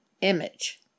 image